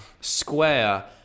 Square